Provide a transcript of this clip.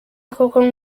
koko